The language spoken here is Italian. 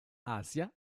asia